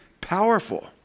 powerful